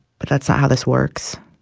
but that's not how this works.